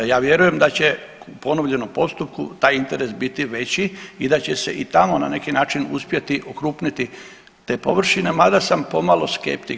Ja vjerujem da će u ponovljenom postupku taj interes biti veći i da će se i tamo na neki način uspjeti okrupnjeti te površine, mada sam pomalo skeptik.